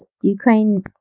Ukraine